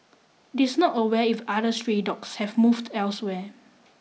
it is not aware if the other stray dogs have moved elsewhere